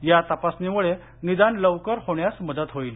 या तपासणीमुळे निदान लवकर होण्यास मदत होईल